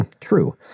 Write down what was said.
true